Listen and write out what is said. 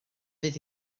fydd